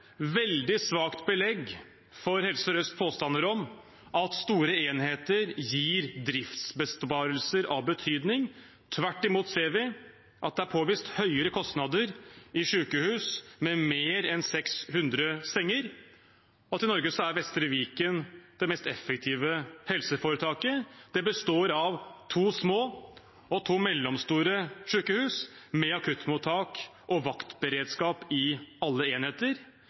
veldig svakt belegg for Helse Sør-Østs påstander om at store enheter gir driftsbesparelser av betydning. Tvert imot ser vi at det er påvist høyere kostnader i sykehus med mer enn 600 senger, og at i Norge er Vestre Viken det mest effektive helseforetaket. Det består av to små og to mellomstore sykehus med akuttmottak og vaktberedskap i alle enheter.